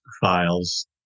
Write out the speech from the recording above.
files